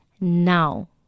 now